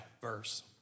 verse